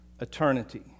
eternity